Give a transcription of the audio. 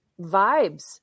vibes